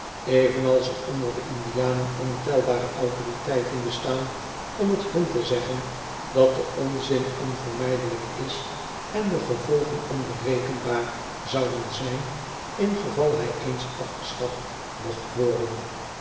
evenals er onder de indianen ontelbare autoriteiten bestaan om t hun te zeggen dat de onzin onvermijdelijk is en de gevolgen onberekenbaar zouden zn'n ingeval hij eens afgeschaft mocht worden